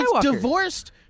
divorced